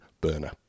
Burner